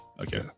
Okay